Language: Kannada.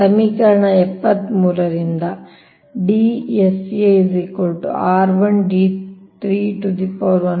ಸಮೀಕರಣ 73 ರಿಂದ